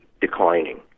declining